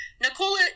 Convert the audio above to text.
Nicola